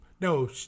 No